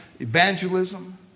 evangelism